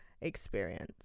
experience